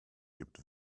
gibt